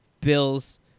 Bills